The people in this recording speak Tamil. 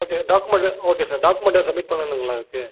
ஓகே டாக்குமெண்ட்டு ஓகே சார் டாக்குமெண்ட்டை சப்மிட் பண்ணணுங்களா இதுக்கு